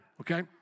okay